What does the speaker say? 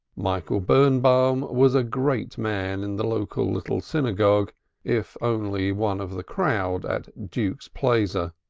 michael birnbaum was a great man in the local little synagogue if only one of the crowd at duke's plaizer.